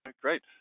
Great